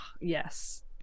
yes